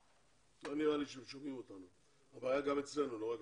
טוב, תודה רבה, יש לנו תקלה טכנית מולכם.